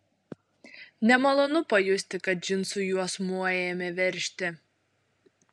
nemalonu pajusti kad džinsų juosmuo ėmė veržti